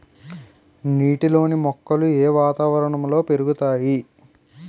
నీటిలోని మొక్కలు ఏ వాతావరణంలో పెరుగుతాయి?